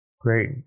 Great